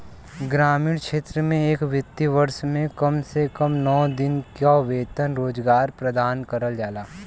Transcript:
ग्रामीण क्षेत्र में एक वित्तीय वर्ष में कम से कम सौ दिन क वेतन रोजगार प्रदान करल जाला